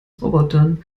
robotern